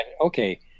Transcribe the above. okay